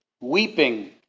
Weeping